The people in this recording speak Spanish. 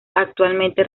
actualmente